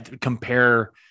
compare